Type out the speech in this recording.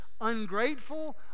ungrateful